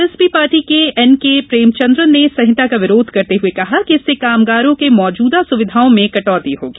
are S P party के N K Premachandran ने संहिता का विरोध करते हुए कहा कि इससे कामगारों के मौजूदा सुविधाओं में कटौती होगी